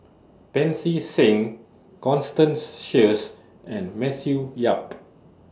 Pancy Seng Constance Sheares and Matthew Yap